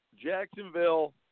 Jacksonville